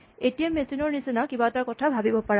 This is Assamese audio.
এটিএম মেচিন ৰ নিচিনা কিবা এটাৰ কথা ভাৱা